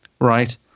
right